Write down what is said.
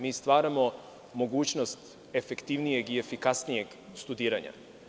Mi stvaramo mogućnost efektivnijeg i efikasnijeg studiranja.